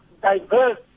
diverse